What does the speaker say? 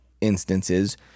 instances